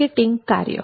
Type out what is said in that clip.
marketing કાર્ય